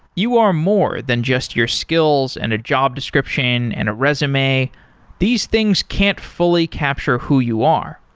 you are more than just your skills and a job description and a resume these things can't fully capture who you are.